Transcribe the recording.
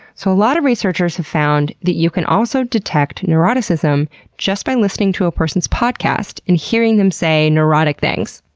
so a lot of researchers have found that you can also detect neuroticism just by listening to a person's podcast and hearing them say neurotic things.